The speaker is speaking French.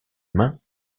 mains